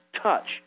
touch